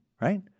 right